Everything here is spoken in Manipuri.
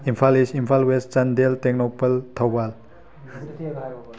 Imphal is Imphal west Chandel Tengnoupal Thoubal